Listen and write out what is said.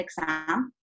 exam